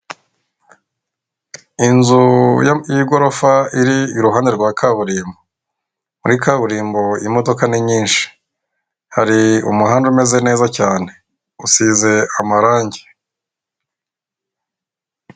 Inzu y'igorofa iri iruhande rwa kaburimbo. Muri kaburimbo imodoka ni nyinshi hari umuhanda umeze neza cyane usize amarangi.